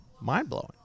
Mind-blowing